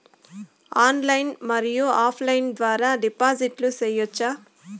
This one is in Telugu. ఆన్లైన్ మరియు ఆఫ్ లైను ద్వారా డిపాజిట్లు సేయొచ్చా?